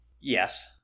yes